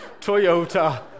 Toyota